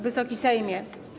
Wysoki Sejmie!